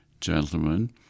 gentlemen